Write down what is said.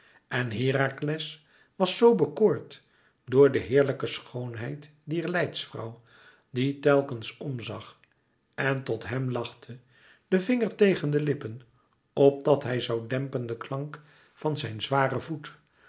en herakles was zoo bekoord door de heerlijke schoonheid dier leidsvrouw die telkens omzag en tot hem lachte den vinger tegen de lippen opdat hij zoû dempen den klank van zijn zwaren voet